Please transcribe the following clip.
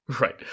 right